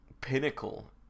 Pinnacle